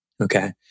Okay